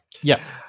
yes